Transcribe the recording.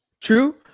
True